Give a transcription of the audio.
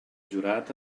jurat